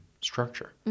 structure